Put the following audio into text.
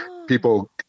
people